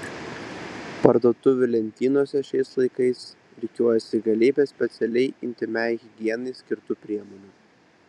parduotuvių lentynose šiais laikais rikiuojasi galybė specialiai intymiai higienai skirtų priemonių